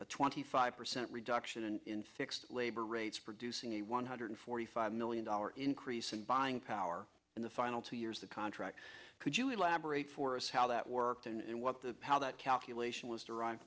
a twenty five percent reduction in fixed labor rates producing a one hundred forty five million dollars increase in buying power in the final two years of contract could you elaborate for us how that worked and what the how that calculation was derive